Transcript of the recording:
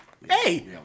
Hey